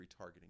retargeting